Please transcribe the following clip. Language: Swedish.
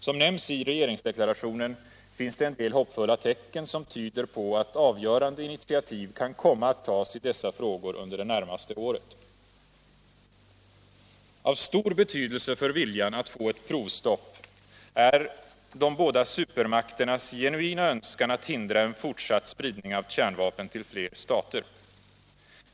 Som nämns i regeringsdeklarationen finns det en del hoppfulla tecken som tyder på att avgörande initiativ kan komma att tas i dessa frågor under det närmaste året. Av stor betydelse för viljan att få ett provstopp är båda supermakternas genuina önskan att hindra en fortsatt spridning av kärnvapen till fler stater.